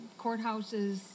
courthouses